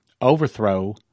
overthrow